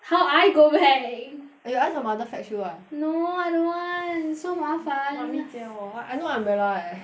how I go back you ask your mother fetch you lah no I don't want so 麻烦 mummy 接我 I no umbrella eh